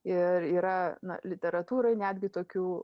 ir yra na literatūroj netgi tokių